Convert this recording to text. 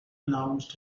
announced